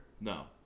No